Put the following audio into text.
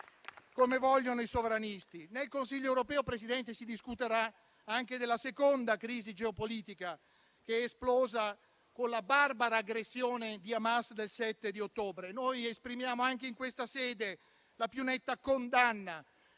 come vogliono i sovranisti. Nel Consiglio europeo, signora Presidente del Consiglio, si discuterà anche della seconda crisi geopolitica che è esplosa con la barbara aggressione di Hamas del 7 ottobre. Noi esprimiamo anche in questa sede la più netta condanna